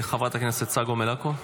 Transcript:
חברת הכנסת צגה מלקו,